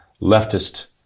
leftist